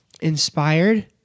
inspired